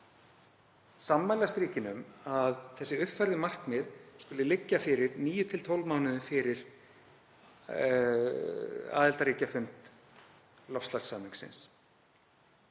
sammælast ríkin um að þessi uppfærðu markmið skuli liggja fyrir 9–12 mánuðum fyrir aðildarríkjafund loftslagssamningsins.